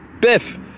Biff